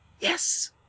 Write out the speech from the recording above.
Yes